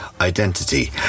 identity